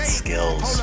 skills